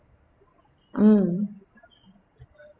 mm